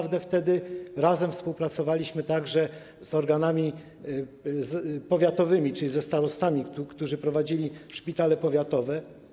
Wtedy współpracowaliśmy także z organami powiatowymi, czyli ze starostami, którzy prowadzili szpitale powiatowe.